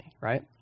right